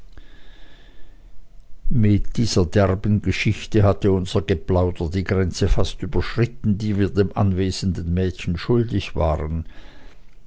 mit dieser derben geschichte hatte unser geplauder die grenze fast überschritten die wir dem anwesenden mädchen schuldig waren